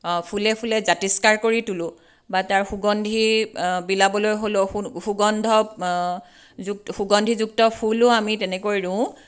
ফুলে ফুলে জাতিষ্কাৰ কৰি তোলোঁ বা তাৰ সুগন্ধি বিলাবলৈ হ'লেওঁ সু সুগন্ধ যু সুগন্ধিযুক্ত ফুলো আমি তেনেকৈ ৰুওঁ